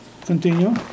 Continue